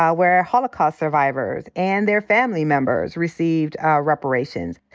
where holocaust survivors and their family members received reparations.